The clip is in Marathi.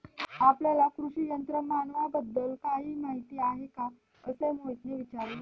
आपल्याला कृषी यंत्रमानवाबद्दल काही माहिती आहे का असे मोहितने विचारले?